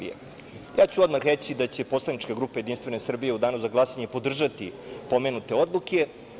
Ja ću odmah reći da će poslanička grupa JS u danu za glasanje podržati pomenute odluke.